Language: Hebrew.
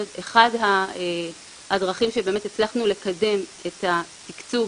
אחת הדרכים שהצלחנו לקדם את התקצוב